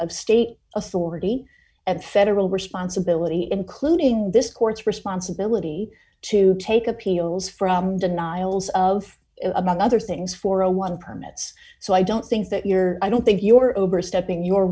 of state authority and federal responsibility including this court's responsibility to take appeals from denials of among other things for a one per so i don't think that you're i don't think you are overstepping your